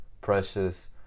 precious